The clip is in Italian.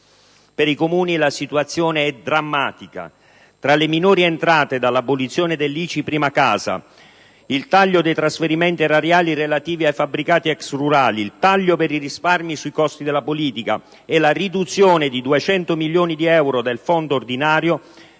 Per i Comuni la situazione è drammatica. Tra le minori entrate dovute all'abolizione dell'ICI sulla prima casa, il taglio dei trasferimenti erariali relativi ai fabbricati ex rurali, il taglio per i risparmi sui costi della politica e la riduzione di 200 milioni di euro del fondo ordinario,